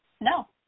no